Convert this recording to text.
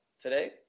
today